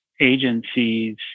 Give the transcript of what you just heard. agencies